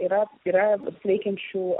yra yra veikiančių